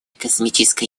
космическая